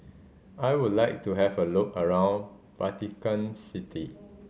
I would like to have a look around Vatican City